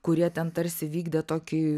kurie ten tarsi vykdė tokį